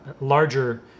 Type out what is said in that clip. larger